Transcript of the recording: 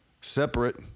separate